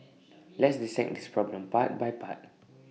let's dissect this problem part by part